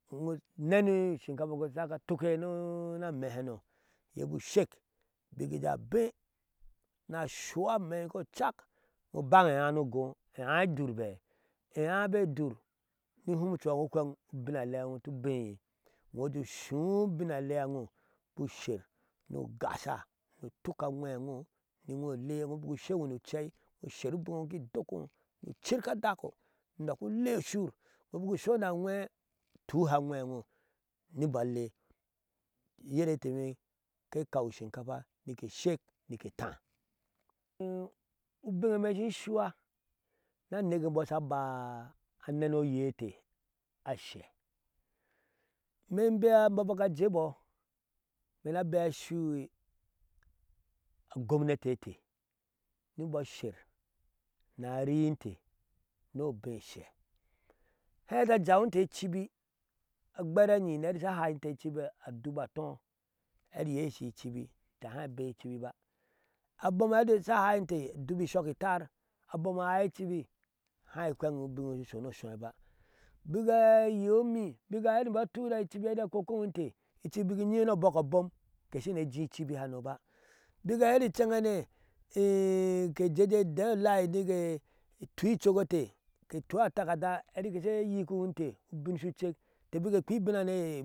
Iŋo unena ushinkafai ku sake atukkini amehano ni ba ushek bik a ba abee ni ahɔa amɛi ino ubanga eaa ni ugoo udur bee, eaa be dur, ocuha ino ushed ubui alea e iyo tubeeye, ino ujee ushu ubin alea eiyo shu shek ni ugasha ni utuk agwee eino ni iyo ule bik ushego ni vcei usher ubinneno ki dokino ni ucirka adakko ni udakk ulee ushur. ino bik usho ni anwe uhute agwee eino ni imboo ale. uyir ete nyom ke kaw ushinkafa mike shek nike etaa ubinye e imee shin shuwa ni aneke eimbɔɔ sha aba anene oye ete ashɛ, imee in bea imbɔɔ bik ajebo imee ni abema ashui ugomnati ete ni imboo asher ni aii inte ni obee ahsa, haa hee eti ajawintu icibi, agber anyi ni ahee sha ahashinte icibi a dubu atɔ, efi iyee shin icibi inte hai bea icibi ba. abom eti sha hai inte adubu ishɔk etar, abom a ai icibi haa ehwennibo ubinneye shu shoni osohoi ba. bik ga gyea umi bik ahee eti mbo atura icibi eti akokihinte icibi bik inyi ni obɔk abom ke shine ejee icibi hano ba. bik ahee eti incenhanei ee ke ejee jee edee ulai ketui icok ete, ke tua atakada eti ke bik ke kpea ubinanei.